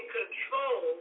control